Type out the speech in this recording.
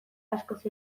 askoz